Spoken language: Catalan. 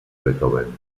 beethoven